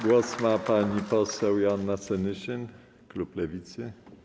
Głos ma pani poseł Joanna Senyszyn, klub Lewicy.